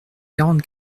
quarante